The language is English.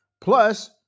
Plus